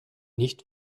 nicht